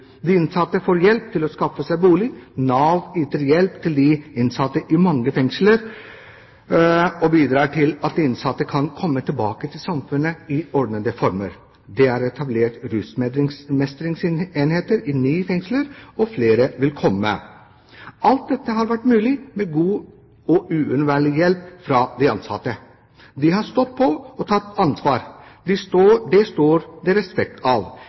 De innsatte får hjelp til å skaffe egen bolig. Nav yter hjelp til de innsatte i mange fengsler og bidrar til at de innsatte kan komme tilbake til samfunnet i ordnede former. Det er etablert rusmestringsenheter i ni fengsler, og flere vil komme. Alt dette har vært mulig med god og uunnværlig hjelp fra de ansatte. De har stått på og tatt ansvar. Det står det respekt av.